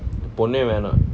பொண்ணே வேணா:ponnae vaenaa